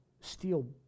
steel